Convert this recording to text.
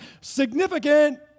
significant